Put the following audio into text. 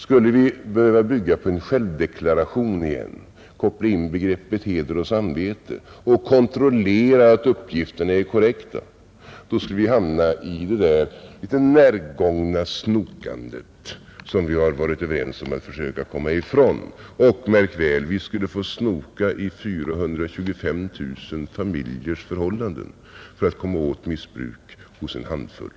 Skulle vi behöva bygga på en självdeklaration igen, koppla in begreppet heder och samvete och kontrollera att uppgifterna är korrekta, så skulle vi hamna i det där litet närgångna snokandet som vi varit överens om att försöka komma ifrån. Och, märk väl, vi skulle få snoka i 425 000 familjers förhållanden för att komma åt missbruk hos en handfull!